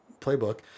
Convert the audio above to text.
playbook